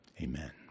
Amen